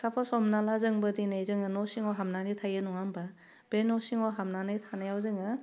suppose हमना ला जोंबो दिनै जोङो न' सिङाव हाबनानै थायो नङा होमबा बे न सिङाव हाबनानै थानायाव जोङो